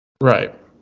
Right